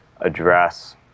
address